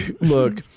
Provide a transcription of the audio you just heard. look